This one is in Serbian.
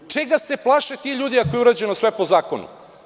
Čega se plaše ti ljudi ako je urađeno sve po zakonu?